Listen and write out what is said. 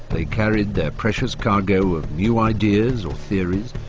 they carried their precious cargo of new ideas or theories,